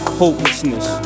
hopelessness